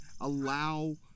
allow